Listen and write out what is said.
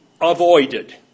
avoided